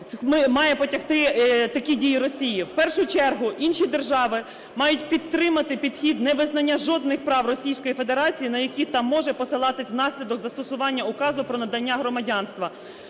має потягти такі дії Росії? В першу чергу інші держави мають підтримати підхід невизнання жодних прав Російської Федерації, на які там може посилатись внаслідок застосування указу про надання громадянства.